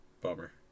bummer